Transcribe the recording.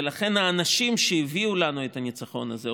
ולכן האנשים שהביאו לנו את הניצחון הזה,